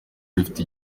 rifite